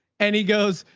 and he goes,